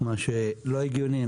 וזה לא הגיוני.